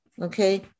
okay